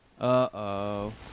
Uh-oh